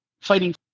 fighting